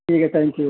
ٹھیک ہے thank you